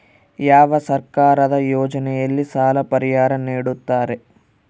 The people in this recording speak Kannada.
ಯಾವ ಸರ್ಕಾರದ ಯೋಜನೆಯಲ್ಲಿ ಸಾಲ ಪರಿಹಾರ ನೇಡುತ್ತಾರೆ?